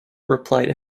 replied